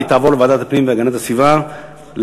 והיא תועבר לוועדת הפנים והגנת הסביבה לדיון.